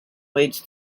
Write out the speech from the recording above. wades